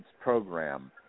Program